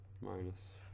Minus